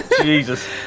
Jesus